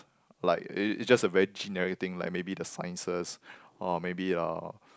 like it it's just a very generic thing like maybe the sciences or maybe uh